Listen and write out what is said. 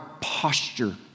posture